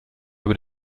über